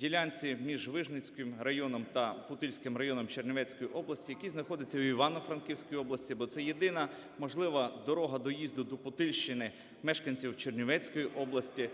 ділянці між Вижницьким районом та Путильським районом Чернівецької області, які знаходиться в Івано-Франківській області, бо це єдина можлива дорога доїзду до Путильщини мешканців Чернівецької області.